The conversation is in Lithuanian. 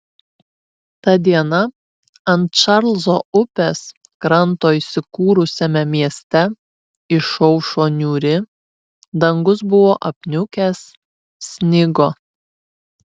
ta diena ant čarlzo upės kranto įsikūrusiame mieste išaušo niūri dangus buvo apniukęs snigo